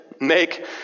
Make